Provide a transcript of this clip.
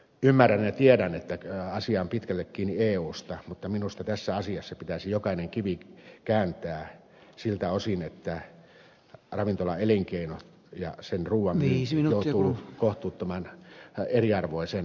ymmärrän ja tiedän että asia on pitkälle kiinni eusta mutta minusta tässä asiassa pitäisi jokainen kivi kääntää siltä osin että ravintolaelinkeino ja sen ruuan myynti joutuu kohtuuttoman eriarvoiseen asemaan